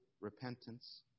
repentance